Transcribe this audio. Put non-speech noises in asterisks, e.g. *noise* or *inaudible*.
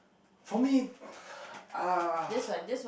how many *noise* !ah!